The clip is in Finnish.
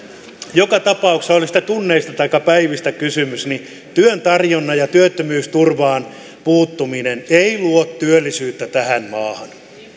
joka tapauksessa oli sitten tunneista taikka päivistä kysymys työn tarjontaan ja työttömyysturvaan puuttuminen ei luo työllisyyttä tähän maahan